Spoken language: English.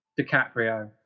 DiCaprio